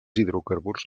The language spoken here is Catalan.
hidrocarburs